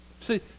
See